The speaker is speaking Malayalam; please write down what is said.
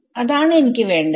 അതാണ് എനിക്ക് വേണ്ടത്